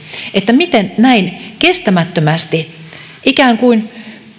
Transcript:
miten näin kestämättömästi ikään kuin